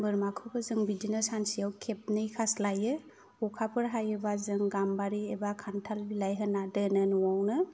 बोरमाखौबो जों बिदिनो सानसेयाव खेबनै खास्लायो अखाफोर हायोब्ला जों गाम्बारि एबा खान्थाल बिलाइफोर होना दोनो न'आवनो